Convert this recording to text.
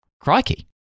crikey